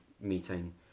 meeting